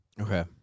Okay